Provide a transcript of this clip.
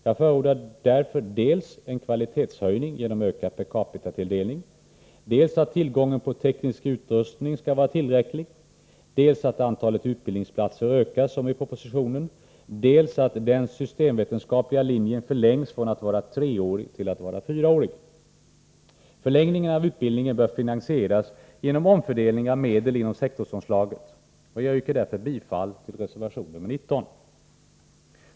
Jag förordar därför dels en kvalitetshöjning genom ökad per capita-tilldelning, dels att tillgången på teknisk utrustning skall vara tillräcklig, dels att antalet utbildningsplatser ökas — som föreslås i propositionen -—, dels att den systemvetenskapliga linjen förlängs från att vara treårig till att vara fyraårig. Förlängningen av utbildningen bör finansieras genom omfördelning av medel inom sektorsanslaget. Jag yrkar därför bifall till reservation nr 19.